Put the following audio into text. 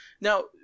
Now